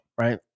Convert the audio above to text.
right